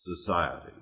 society